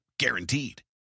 guaranteed